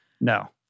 no